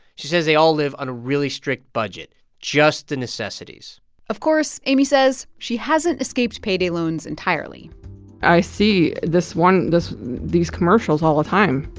she says they all live on a really strict budget just the necessities of course, amy says, she hasn't escaped payday loans entirely i see this one these commercials all the time.